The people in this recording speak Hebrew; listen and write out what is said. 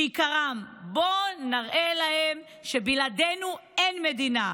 שעיקרם: בואו נראה להם שבלעדינו אין מדינה,